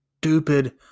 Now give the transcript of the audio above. stupid